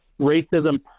racism